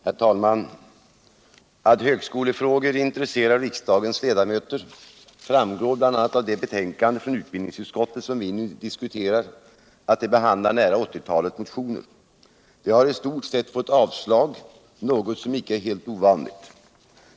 Herr talman! Au högskolefrågor intresserar riksdagens ledamöter framgår bl.a. av att det betänkande från utbildningsutskottet som vi nu diskuterar behandlar nära 80-talet motioner. De har i stort sett avstyrkts — något som icke är helt ovanligt.